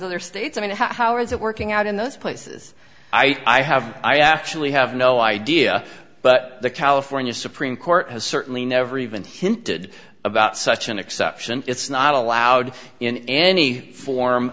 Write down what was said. other states i mean how is it working out in those places i have i actually have no idea but the california supreme court has certainly never even hinted about such an exception it's not allowed in any form